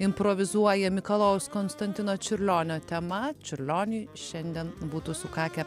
improvizuoja mikalojaus konstantino čiurlionio tema čiurlioniui šiandien būtų sukakę